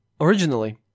Originally